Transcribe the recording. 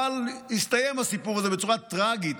אבל הסיפור הזה הסתיים בצורה טרגית.